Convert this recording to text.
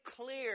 clear